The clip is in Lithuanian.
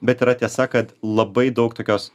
bet yra tiesa kad labai daug tokios